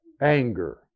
Anger